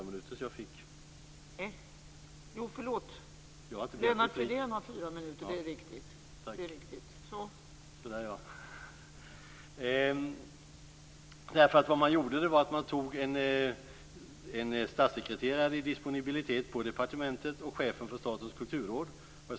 Man tog en statssekreterare i disponibilitet på departementet och chefen för Statens kulturråd.